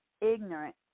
Ignorant